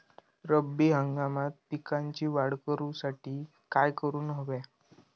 रब्बी हंगामात पिकांची वाढ करूसाठी काय करून हव्या?